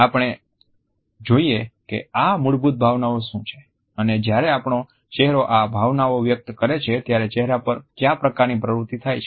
આપણે જોઈએ કે આ મૂળભૂત ભાવનાઓ શું છે અને જ્યારે આપણો ચહેરો આ ભાવનાઓ વ્યક્ત કરે છે ત્યારે ચહેરા પર ક્યાં પ્રકારની પ્રવૃત્તિ થાય છે